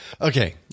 Okay